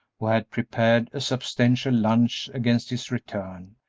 who had prepared a substantial lunch against his return,